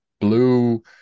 blue